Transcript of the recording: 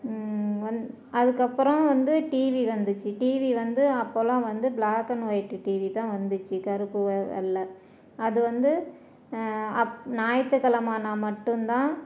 வந்து அதுக்கப்புறம் வந்து டிவி வந்துச்சு டிவி வந்து அப்போ எல்லாம் வந்து ப்ளாக் அண்ட் ஒயிட்டு டிவி தான் வந்துச்சு கருப்பு வெள்ளை அது வந்து அப் ஞாயித்துக்கிழம ஆனால் மட்டும்தான்